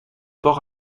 port